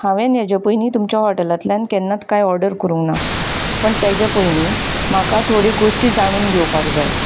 हांवें हेजे पयलीं तुमच्या हॉटेलांतल्यान केन्नाच कांय ऑर्डर करूंक ना पूण तेजे पयलीं म्हाका थोड्यो गोश्टी जाणून घेवपाक जाय